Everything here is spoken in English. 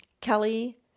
kelly